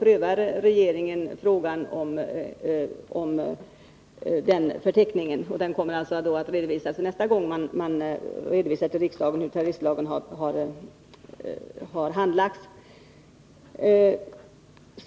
Förteckningens innehåll prövas f.n. av regeringen, och det kommer att rapporteras nästa gång som man för riksdagen redovisar hur terroristlagen har handlagts.